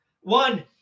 One